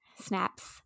Snaps